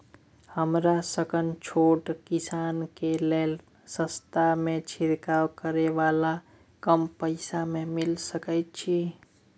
हमरा सनक छोट किसान के लिए सस्ता में छिरकाव करै वाला कम पैसा में मिल सकै छै?